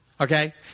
Okay